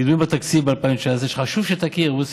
גידולים בתקציב ב-2019, חשוב שתכיר, מוסי: